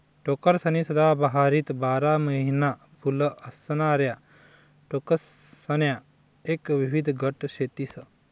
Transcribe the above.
टोकरसनी सदाहरित बारा महिना फुले असणाऱ्या टोकरसण्या एक विविध गट शेतस